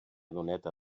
doneta